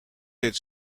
deed